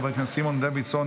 חבר הכנסת סימון דוידסון,